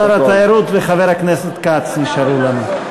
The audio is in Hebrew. שר התיירות וחבר הכנסת כץ נשארו לנו.